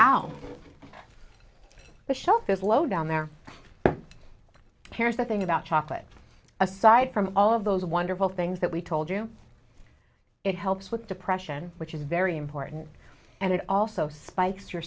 out the shelf is low down there here's the thing about chocolate aside from all of those wonderful things that we told you it helps with depression which is very important and it also spike